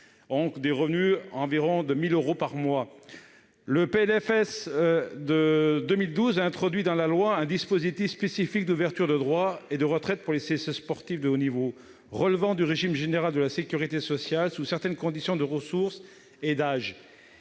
des revenus qui avoisinent les 1 000 euros par mois. Le PLFSS pour 2012 a introduit dans la loi un dispositif spécifique d'ouverture de droit à la retraite pour les sportifs de haut niveau. Relevant du régime général de la sécurité sociale, sous certaines conditions de ressources et d'âge,